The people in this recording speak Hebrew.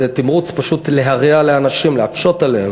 זה תמרוץ פשוט להרע לאנשים, להקשות עליהם.